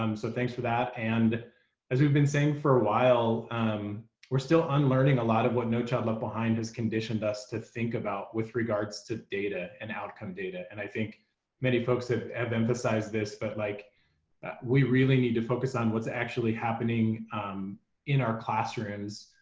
um so thanks for that and as we've been saying for a while we're still unlearning a lot of what no child left behind has conditioned us to think about with regards to data and outcome data. and i think many folks have have emphasized this, but like we really need to focus on what's actually happening in our classrooms.